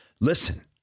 listen